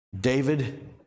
David